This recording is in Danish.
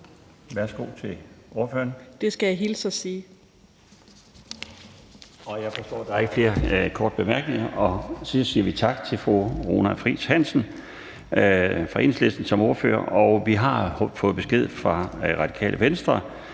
fg. formand (Bjarne Laustsen): Jeg forstår, at der ikke er flere korte bemærkninger, så vi siger tak til fru Runa Friis Hansen fra Enhedslisten som ordfører. Vi har fået besked fra Radikale Venstre,